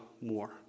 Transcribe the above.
more